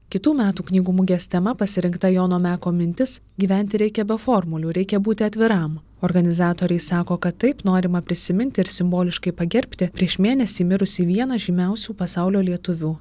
kitų metų knygų mugės tema pasirinkta jono meko mintis gyventi reikia be formulių reikia būti atviram organizatoriai sako kad taip norima prisiminti ir simboliškai pagerbti prieš mėnesį mirusį vieną žymiausių pasaulio lietuvių